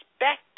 respect